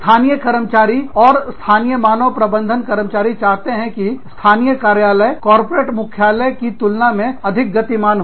स्थानीय कर्मचारी और स्थानीय मानव संसाधन कर्मचारी चाहते हैं कि स्थानीय कार्यालय कॉर्पोरेट मुख्यालय की तुलना में अधिक गतिमान हो